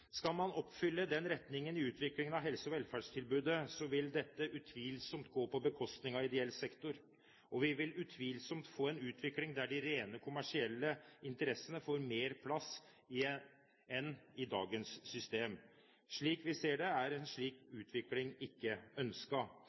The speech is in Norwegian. Skal man oppfylle den retningen i utviklingen av helse- og velferdstilbudet, vil dette utvilsomt gå på bekostning av ideell sektor, og vi vil utvilsomt få en utvikling der de rene kommersielle interessene får mer plass enn i dagens system. Slik vi ser det, er en slik utvikling ikke